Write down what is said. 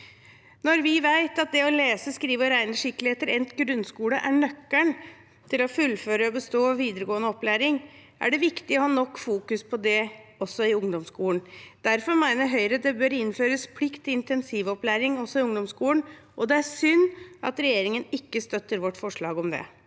Når vi vet at det å lese, skrive og regne skikkelig etter endt grunnskole er nøkkelen til å fullføre og bestå videregående opplæring, er det viktig å fokusere nok på det også i ungdomsskolen. Derfor mener Høyre det bør innføres plikt til intensivopplæring også i ungdomsskolen, og det er synd at regjeringen ikke støtter vårt forslag om det.